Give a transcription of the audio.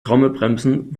trommelbremsen